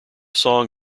song